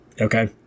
Okay